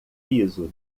piso